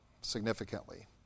significantly